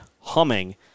humming